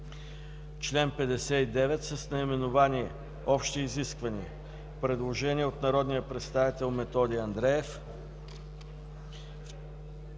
Член 59 с наименование „Общи изисквания”. Предложение от народния представител Методи Андреев